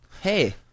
Hey